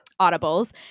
audibles